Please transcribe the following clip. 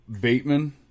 Bateman